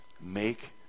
Make